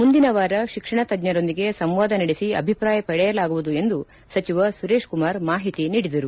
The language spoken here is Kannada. ಮುಂದಿನ ವಾರ ಶಿಕ್ಷಣ ತಜ್ಞರೊಂದಿಗೆ ಸಂವಾದ ನಡೆಸಿ ಅಭಿಪ್ರಾಯ ಪಡೆಯಲಾಗುವುದು ಎಂದು ಸಚಿವ ಸುರೇಶ್ ಕುಮಾರ್ ಮಾಹಿತಿ ನೀಡಿದರು